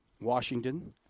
Washington